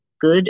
good